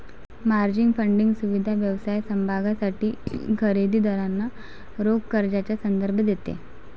margin funding सुविधा व्यवसाय समभागांसाठी खरेदी दारांना रोख कर्जाचा संदर्भ देते